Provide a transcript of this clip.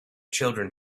children